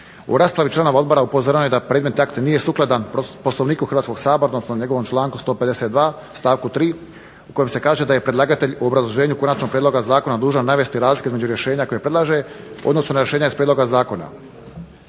U raspravi članova odbora upozoreno je da predmet akta nije sukladan Poslovniku Hrvatskog sabora odnosno njegovom članku 152. stavku 3. u kojem se kaže da je predlagatelj u obrazloženju konačnog prijedloga zakona dužan navesti razlike rješenja koje predlaže u odnosu na rješenje iz prijedloga zakona.